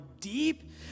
deep